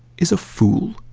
is a fool.